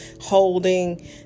holding